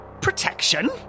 protection